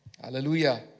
Hallelujah